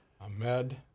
Ahmed